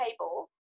table